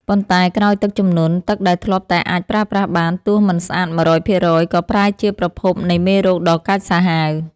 ប៉ុន្តែក្រោយទឹកជំនន់ ទឹកដែលធ្លាប់តែអាចប្រើប្រាស់បានទោះមិនស្អាត ១០០% ក៏ប្រែជាប្រភពនៃមេរោគដ៏កាចសាហាវ។